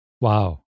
Wow